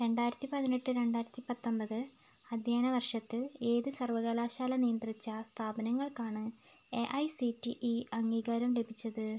രണ്ടായിരത്തി പതിനെട്ട് രണ്ടായിരത്തി പത്തൊൻപത് അധ്യയന വർഷത്തിൽ ഏത് സർവ്വകലാശാല നിയന്ത്രിച്ച സ്ഥാപനങ്ങൾക്കാണ് A I C T E അംഗീകാരം ലഭിച്ചത്